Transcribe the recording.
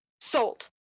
Sold